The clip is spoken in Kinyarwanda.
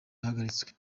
yahagaritswe